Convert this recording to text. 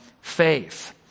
faith